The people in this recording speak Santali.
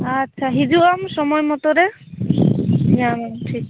ᱟᱪᱪᱷᱟ ᱦᱤᱡᱩᱜᱼᱟᱢ ᱥᱚᱢᱳᱭ ᱢᱚᱛᱚ ᱨᱮ ᱧᱟᱢᱟᱢ ᱴᱷᱤᱠ